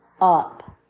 up